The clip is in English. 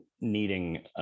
needing